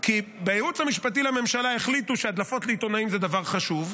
כי בייעוץ המשפטי לממשלה החליטו שהדלפות לעיתונאים זה דבר חשוב,